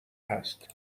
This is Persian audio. هست